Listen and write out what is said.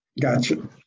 Gotcha